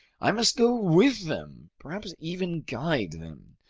i must go with them, perhaps even guide them.